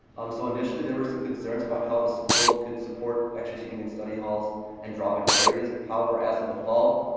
um so initially there were some concerns about how the school could support extra seating in study halls and drop in areas, however as of the fall,